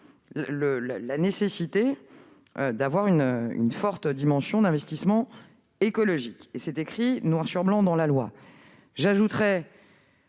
la nécessité d'une forte dimension d'investissement écologique : c'est écrit noir sur blanc dans la loi. J'ajouterai,